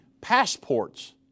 Passports